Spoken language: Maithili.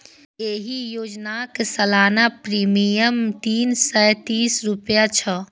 एहि योजनाक सालाना प्रीमियम तीन सय तीस रुपैया छै